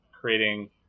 creating